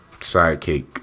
sidekick